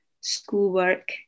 schoolwork